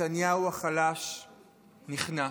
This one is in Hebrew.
ונתניהו החלש נכנע.